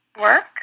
work